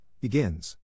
Begins